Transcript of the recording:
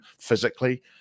physically